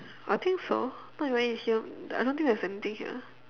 I think so not even in here I don't think there's anything here